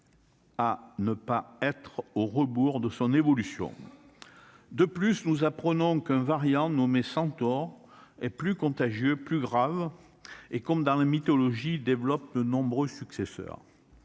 à ne pas être à rebours de son évolution. De plus, nous apprenons l'existence d'un variant Centaure, plus contagieux et plus grave, qui, comme dans la mythologie, développe de nombreux successeurs